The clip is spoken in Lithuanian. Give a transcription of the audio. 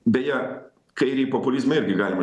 beje kairį populizmą irgi galima